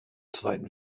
zweiten